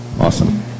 Awesome